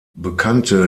bekannte